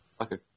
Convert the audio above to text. Okay